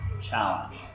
challenge